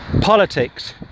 politics